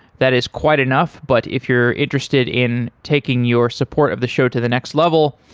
that is quite enough, but if you're interested in taking your support of the show to the next level,